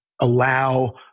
allow